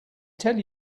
tell